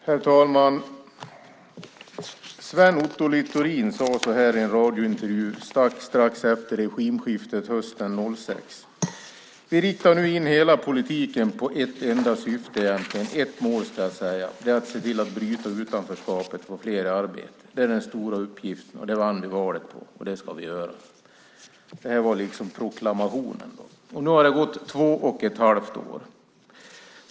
Herr talman! Sven Otto Littorin sade så här i en radiointervju strax efter regimskiftet 2006: Vi riktar nu in hela politiken på ett enda mål, se till att bryta utanförskapet och få fler i arbete. Det är den stora uppgiften. Det vann vi valet på, och det ska vi göra. Det var proklamationen. Nu ha det gått två och ett halvt år.